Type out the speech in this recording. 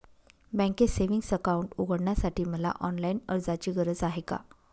बँकेत savings account उघडण्यासाठी मला ऑनलाईन अर्जाची गरज आहे का?